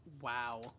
wow